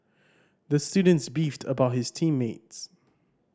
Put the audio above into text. the student beefed about his team mates